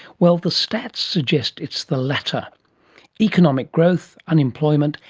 well, the stats suggest it's the latter economic growth, unemployment,